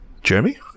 Jeremy